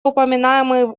упоминаемый